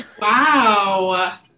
Wow